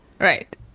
Right